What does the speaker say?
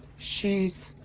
she's.